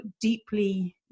deeply